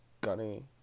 Gunny